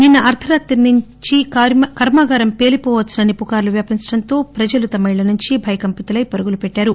నిన్న అర్దరాత్రి నుంచి కర్మాగారం పేలీపోవచ్చునని పుకార్లు వ్యాపించడంతో ప్రజలు తమ ఇళ్ల నుంచి భయకంపితులై పరుగులు పెట్టారు